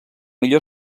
millor